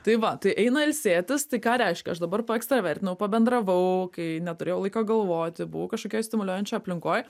tai va tai eina ilsėtis tai ką reiškia aš dabar paekstravertinau pabendravau kai neturėjau laiko galvoti buvau kažkokioj stimuliuojančio aplinkoj